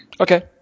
Okay